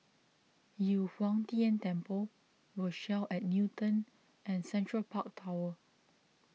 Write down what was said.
Yu Huang Tian Temple Rochelle at Newton and Central Park Tower